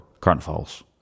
carnivals